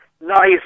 nice